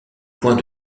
point